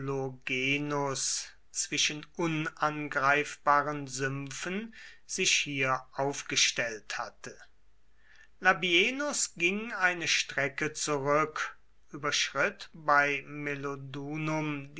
zwischen unangreifbaren sümpfen hier sich aufgestellt hatte labienus ging eine strecke zurück überschritt bei